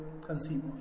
conceive